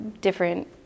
different